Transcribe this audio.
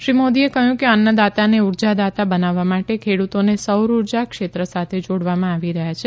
શ્રી મોદીએ કહ્યું કે અન્નદાતાને ઉર્જાદાતા બનાવવા માટે ખેડુતોને સૌર ઉર્જા ક્ષેત્ર સાથે જોડવામાં આવી રહયાં છે